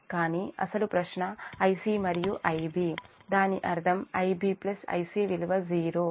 కానీ అసలు ప్రశ్న Ic మరియు Ib దాని అర్థము IbIc విలువ 0